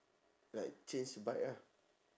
like change bike ah